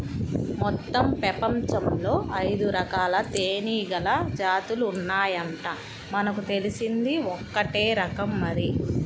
మొత్తం పెపంచంలో ఐదురకాల తేనీగల జాతులు ఉన్నాయంట, మనకు తెలిసింది ఒక్కటే రకం మరి